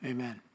Amen